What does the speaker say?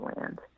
land